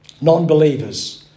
Non-believers